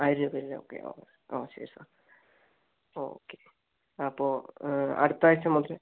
ആയിരം രൂപയിൽ ഇത് ഒക്കെ ആവും ആ ശരി സാർ ഓക്കെ അപ്പം അടുത്ത ആഴ്ച്ച മുതല്